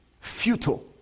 Futile